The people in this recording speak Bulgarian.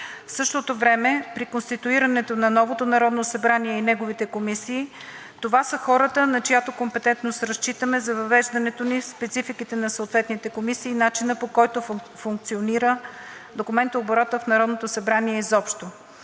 В същото време при конституирането на новото Народно събрание и неговите комисии това са хората, на чиято компетентност разчитаме за въвеждането ни в спецификите на съответните комисии и начина, по който функционира документооборотът в Народното събрание изобщо.